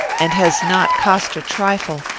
and has not cost a trifle,